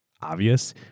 obvious